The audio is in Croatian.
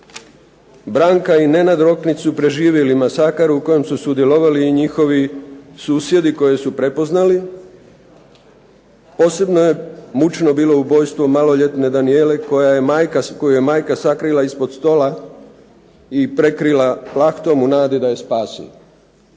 Branka i Nenad Roknić su preživjeli masakr u kojem su sudjelovali i njihovi susjedi koje su prepoznali. Posebno je mučno bilo ubojstvo maloljetne Danijele koju je majka sakrila ispod stola i prekrila plahtom u nadi da je spasi.